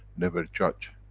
never judge,